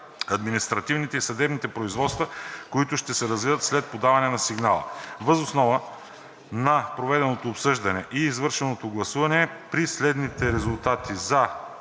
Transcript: административните и съдебните производства, които ще се развият след подаването на сигнал. Въз основа на проведеното обсъждане и извършеното гласуване при следните резултати: